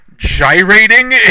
Gyrating